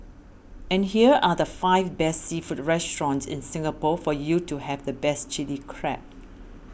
and here are the five best seafood restaurants in Singapore for you to have the best Chilli Crab